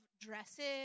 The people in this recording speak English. dresses